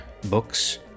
books